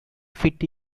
fit